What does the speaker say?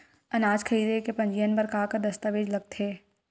अनाज खरीदे के पंजीयन बर का का दस्तावेज लगथे?